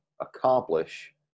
accomplish